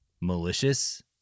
malicious